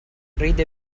ride